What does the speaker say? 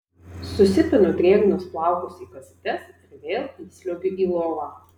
susipinu drėgnus plaukus į kasytes ir vėl įsliuogiu į lovą